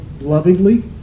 lovingly